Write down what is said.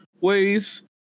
ways